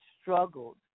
struggled